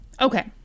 Okay